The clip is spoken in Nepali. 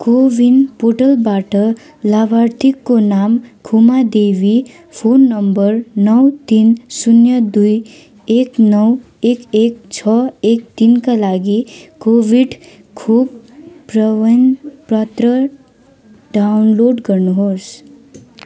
को विन पोर्टलबाट लाभार्थीको नाम खुमा देवी फोन नम्बर नौ तिन शून्य दुई एक नौ एक एक छ एक तिनका लागि कोभिड खोप प्रमानपत्र डाउनलोड गर्नुहोस्